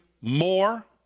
more